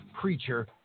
preacher